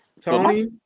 Tony